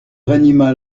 ranima